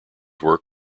work